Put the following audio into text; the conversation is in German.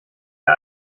der